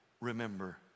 remember